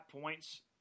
points